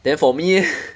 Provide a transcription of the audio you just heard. then for me eh